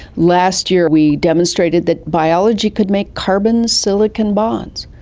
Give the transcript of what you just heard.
last year we demonstrated that biology could make carbon silicon bonds.